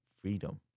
freedom